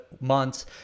months